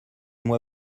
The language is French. moi